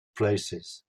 places